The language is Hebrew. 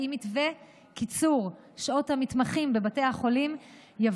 האם מתווה קיצור שעות המתמחים בבתי החולים היה